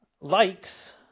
likes